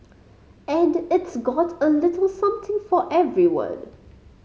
and it's got a little something for everyone